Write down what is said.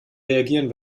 reagieren